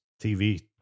TV